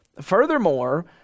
Furthermore